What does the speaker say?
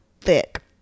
thick